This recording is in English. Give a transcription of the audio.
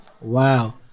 wow